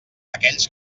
aquells